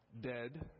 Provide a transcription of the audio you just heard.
dead